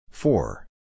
Four